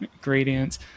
gradients